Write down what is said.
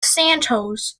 santos